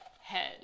head